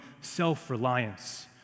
self-reliance